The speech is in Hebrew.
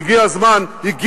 והגיע הזמן, מה האמת שלך?